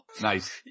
Nice